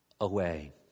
away